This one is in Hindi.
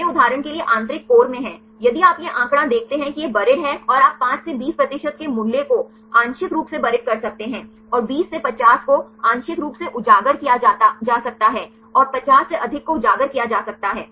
वे उदाहरण के लिए आंतरिक कोर में हैं यदि आप यह आंकड़ा देखते हैं कि यह बरीद है और आप 5 से 20 प्रतिशत के मूल्य को आंशिक रूप से बरीद कर सकते हैं और 20 से 50 को आंशिक रूप से उजागर किया जा सकता है और 50 से अधिक को उजागर किया जा सकता है